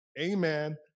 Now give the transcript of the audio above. Amen